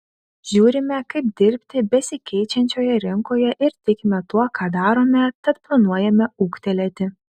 žiūrime kaip dirbti besikeičiančioje rinkoje ir tikime tuo ką darome tad planuojame ūgtelėti